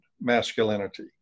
masculinity